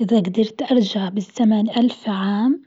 إذا قدرت أرجع بالزمن ألف عام